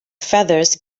feathers